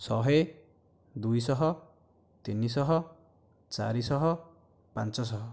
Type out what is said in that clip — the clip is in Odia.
ଶହେ ଦୁଇଶହ ତିନିଶହ ଚାରିଶହ ପାଞ୍ଚଶହ